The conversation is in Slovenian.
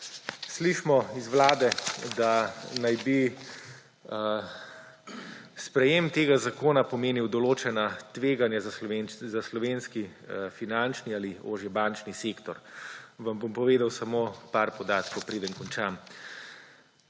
Slišimo iz Vlade, da naj bi sprejem tega zakona pomenil določena tveganja za slovenski finančni ali ožji bančni sektor. Vam bom povedal samo par podatkov, preden končam.